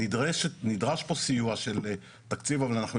נדרש פה סיוע של תקציב אומנם.